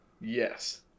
Yes